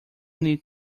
need